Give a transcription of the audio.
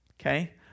Okay